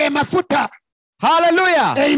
Hallelujah